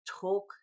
talk